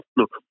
look